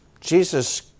Jesus